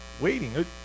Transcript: waiting